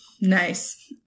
Nice